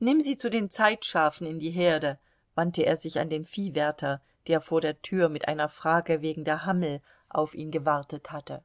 nimm sie zu den zeitschafen in die herde wandte er sich an den viehwärter der vor der tür mit einer frage wegen der hammel auf ihn gewartet hatte